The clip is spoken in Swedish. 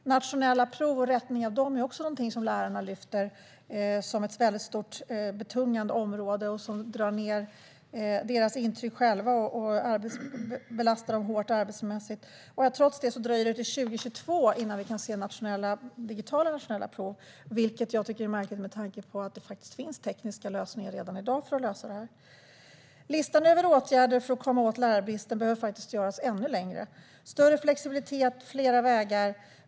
De nationella proven och rättning av dem är också någonting lärarna lyfter fram som ett stort och betungande område som drar ned deras intryck och belastar dem hårt arbetsmässigt. Trots det dröjer det till år 2022 innan vi kan se digitala nationella prov. Det tycker jag är märkligt med tanke på att det faktiskt finns tekniska lösningar för detta redan i dag. Listan över åtgärder för att komma åt lärarbristen behöver faktiskt göras ännu längre. Det behövs större flexibilitet och fler vägar.